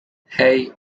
hey